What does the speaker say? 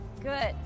Good